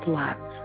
love